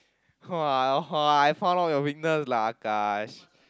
!wah! !wah! I found out your weakness lah Akash